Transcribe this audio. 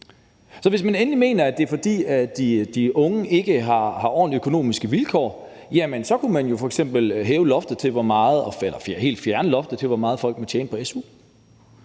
Så hvis man endelig mener, at det handler om, at de unge ikke har ordentlige økonomiske vilkår, så kunne man jo f.eks. hæve loftet for, hvor meget man må tjene på su,